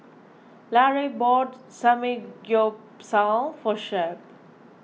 Larae bought Samgeyopsal for Shep